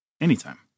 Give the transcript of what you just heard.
Anytime